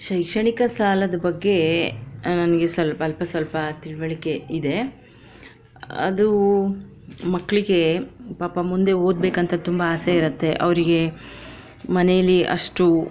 ಶೈಕ್ಷಣಿಕ ಸಾಲದ ಬಗ್ಗೆ ನನಗೆ ಸ್ವಲ್ಪ ಅಲ್ಪ ಸ್ವಲ್ಪ ತಿಳಿವಳ್ಕೆ ಇದೆ ಅದು ಮಕ್ಕಳಿಗೆ ಪಾಪ ಮುಂದೆ ಓದಬೇಕಂತ ತುಂಬ ಆಸೆ ಇರುತ್ತೆ ಅವರಿಗೆ ಮನೇಲ್ಲಿ ಅಷ್ಟು